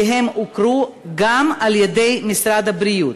כי הם הוכרו גם על-ידי משרד הבריאות,